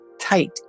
tight